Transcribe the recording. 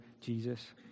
Jesus